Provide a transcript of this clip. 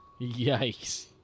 Yikes